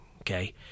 okay